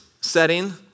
setting